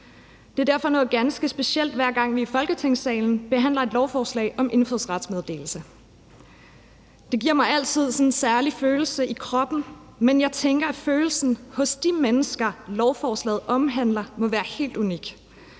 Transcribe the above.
Det er derfor noget ganske specielt, hver gang vi i Folketingssalen behandler et lovforslag om indfødsrets meddelelse. Det giver mig altid sådan en særlig følelse i kroppen, men jeg tænker, at følelsen hos de mennesker, lovforslaget omhandler, må være helt unik,